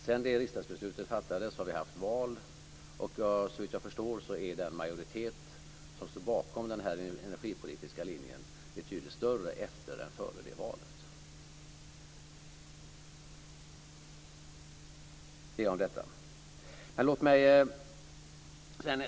Sedan det riksdagsbeslutet fattades har vi haft val, och såvitt jag förstår är den majoritet som står bakom den här energipolitiska linjen betydligt större efter än före det valet. Det var vad jag hade att säga om detta.